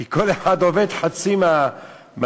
כי כל אחד עובד חצי מהשעות,